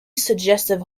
suggestive